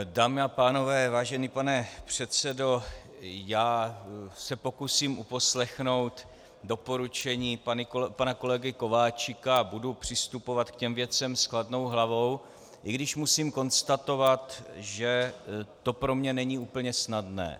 Dámy a pánové, vážený pane předsedo, já se pokusím uposlechnout doporučení pana kolegy Kováčika a budu přistupovat k těm věcem s chladnou hlavou, i když musím konstatovat, že to pro mě není úplně snadné.